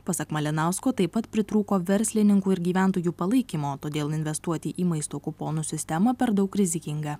pasak malinausko taip pat pritrūko verslininkų ir gyventojų palaikymo todėl investuoti į maisto kuponų sistemą per daug rizikinga